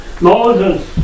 Moses